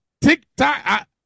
TikTok